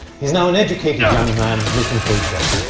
he is now an educated young man looking for a job,